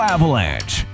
Avalanche